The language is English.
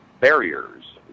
barriers